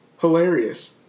hilarious